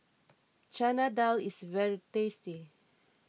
Chana Dal is very tasty